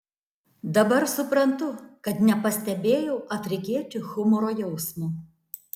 dabar suprantu kad nepastebėjau afrikiečių humoro jausmo